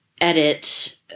edit